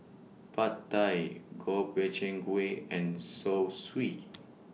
Pad Thai Gob Bey Chang Gui and Zosui